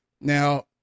now